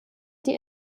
die